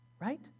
Right